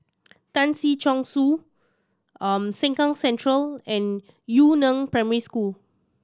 Tan Si Chong Su Sengkang Central and Yu Neng Primary School